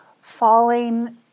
falling